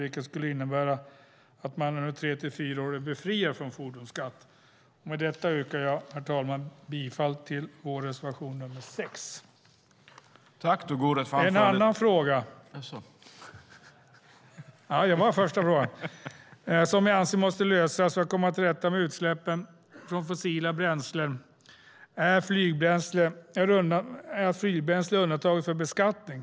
Det skulle betyda att man under tre till fyra år är befriad från fordonsskatt. Med detta yrkar jag bifall till vår reservation nr 6. En annan fråga som jag anser måste lösas för att komma till rätta med utsläppen från fossila bränslen är att flygbränsle är undantaget från beskattning.